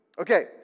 Okay